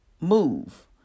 move